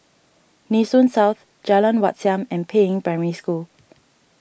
Nee Soon South Jalan Wat Siam and Peiying Primary School